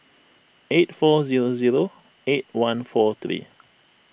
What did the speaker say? eight four zero zero eight one four three